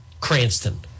Cranston